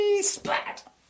splat